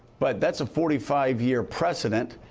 but that's a forty five year precedent.